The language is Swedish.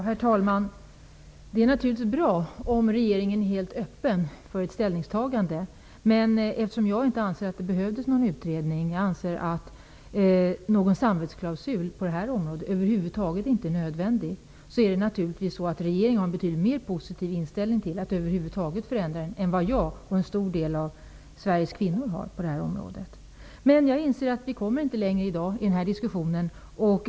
Herr talman! Det är naturligtvis bra om regeringen är helt öppen för ett ställningstagande. Jag anser inte att det behövdes någon utredning. Någon samvetsklausul på det här området är över huvud taget inte nödvändig. Regeringen har en betydligt mer positiv inställning till att över huvud taget förändra än vad jag och en stor del av Sveriges kvinnor har. Jag inser att vi inte kommer längre i dag i diskussionen.